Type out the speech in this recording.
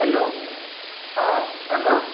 hello ହଁ ସାଙ୍ଗ